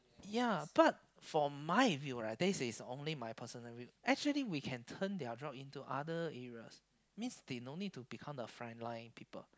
ya but for my view right this is only my personal view actually we can turn their job into other areas means they no need to become the front line people